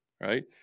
right